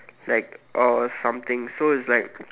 like or something so it's like